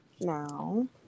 now